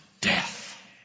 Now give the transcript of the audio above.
death